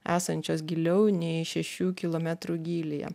esančios giliau nei šešių kilometrų gylyje